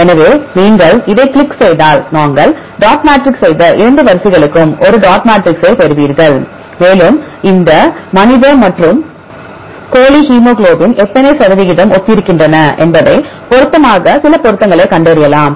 எனவே நீங்கள் இதைக் கிளிக் செய்தால் நாங்கள் டாட் மேட்ரிக்ஸ் செய்த இந்த 2 வரிசைகளுக்கும் ஒரு டாட் மேட்ரிக்ஸைப் பெறுவீர்கள் மேலும் இந்த மனித மற்றும் கோழி ஹீமோகுளோபின் எத்தனை சதவிகிதம் ஒத்திருக்கின்றன என்பதைப் பொருத்தமாக சில பொருத்தங்களைக் கண்டறியலாம்